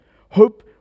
Hope